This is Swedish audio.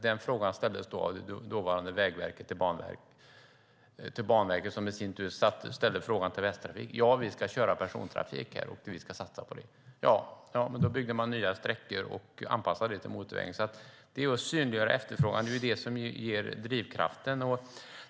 Den frågan ställdes av dåvarande Vägverket till Banverket, som i sin tur ställde frågan till Västtrafik. Svaret var: Ja, vi ska köra persontrafik här, och vi ska satsa på det. Då byggde man nya sträckor och anpassade motorvägen till det. Det är just att synliggöra efterfrågan som ger drivkraften.